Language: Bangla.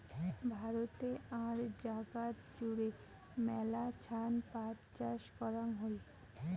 ভারতে আর জাগাত জুড়ে মেলাছান পাট চাষ করাং হই